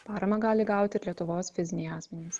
paramą gali gauti ir lietuvos fiziniai asmenys